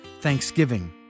Thanksgiving